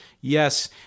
yes